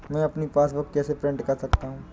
मैं अपनी पासबुक कैसे प्रिंट कर सकता हूँ?